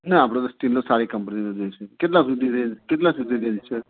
ના આપણે તો સ્ટીલનો સારી કંપનીનો જોઈશે કેટલા સુધી રેંજ કેટલા સુધી રેંજ છે